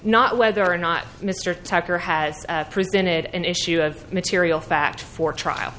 not whether or not mr tucker has presented an issue of material fact for trial